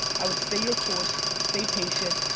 i would stay your course, stay patient.